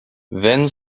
then